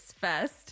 Fest